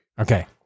Okay